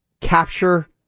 capture